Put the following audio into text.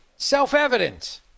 Self-evident